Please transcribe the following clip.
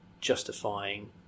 justifying